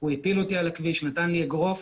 הוא הפיל אותי על הכביש, נתן לי אגרוף